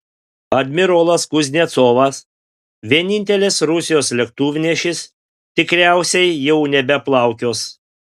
admirolas kuznecovas vienintelis rusijos lėktuvnešis tikriausiai jau nebeplaukios